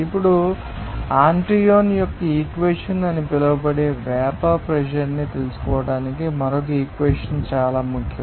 ఇప్పుడు ఆంటోయిన్ యొక్క ఇక్వేషన్ అని పిలువబడే వేపర్ ప్రెషర్ న్ని తెలుసుకోవడానికి మరొక ఇక్వేషన్ చాలా ముఖ్యం